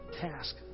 task